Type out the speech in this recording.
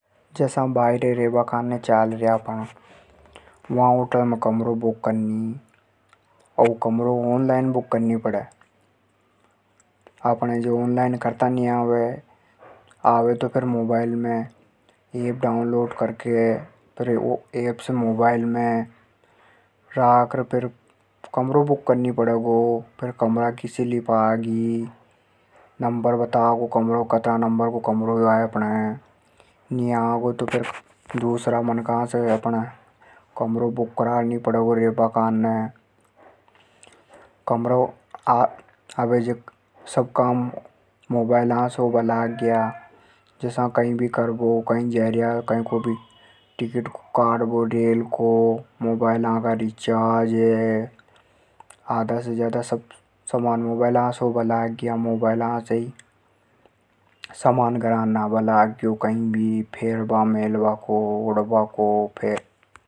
जसा बायरे रेबा काने चालर्या। वा होटल में कमरों बुक करनी पड़े। ऑनलाइन बुक करनी पड़े। अपण हे ऑनलाइन करता नी आवे। आवे तो मोबाइल में ऐप डाउन लोड करनी पड़े। फेर उसे बुक करनी पड़े। फेर कमरा नंबर आगा। अबे सब काम मोबाइल से होवे। कई भी सामान लेवा सब मोबाइल से घर पे ही आजा।